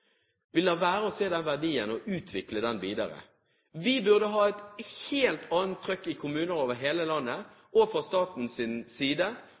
Vi lar være å se den verdien og utvikle den videre. Vi burde ha et helt annet trøkk i kommuner over hele landet og fra statens side.